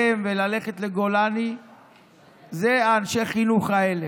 וללכת לגולני זה אנשי החינוך האלה.